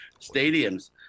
stadiums